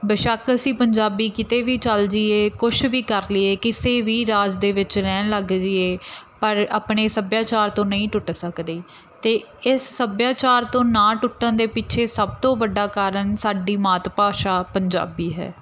ਬੇਸ਼ੱਕ ਅਸੀਂ ਪੰਜਾਬੀ ਕਿਤੇ ਵੀ ਚੱਲ ਜੀਏ ਕੁਛ ਵੀ ਕਰ ਲਈਏ ਕਿਸੇ ਵੀ ਰਾਜ ਦੇ ਵਿੱਚ ਰਹਿਣ ਲੱਗ ਜੀਏ ਪਰ ਆਪਣੇ ਸੱਭਿਆਚਾਰ ਤੋਂ ਨਹੀਂ ਟੁੱਟ ਸਕਦੇ ਅਤੇ ਇਸ ਸੱਭਿਆਚਾਰ ਤੋਂ ਨਾ ਟੁੱਟਣ ਦੇ ਪਿੱਛੇ ਸਭ ਤੋਂ ਵੱਡਾ ਕਾਰਨ ਸਾਡੀ ਮਾਤ ਭਾਸ਼ਾ ਪੰਜਾਬੀ ਹੈ